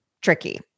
tricky